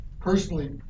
personally